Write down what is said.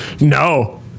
no